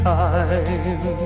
time